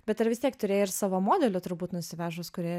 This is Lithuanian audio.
bet ar vis tiek turėjai ir savo modelių turbūt nusivežus kurie